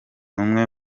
umwe